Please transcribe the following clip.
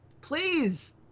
please